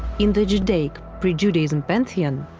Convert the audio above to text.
in the judaic pre-judaistic pantheon,